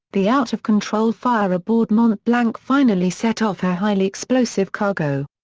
the out-of-control fire aboard mont-blanc finally set off her highly explosive cargo.